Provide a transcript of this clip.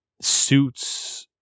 suits